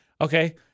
Okay